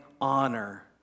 honor